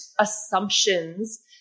assumptions